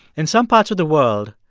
in some parts of the world,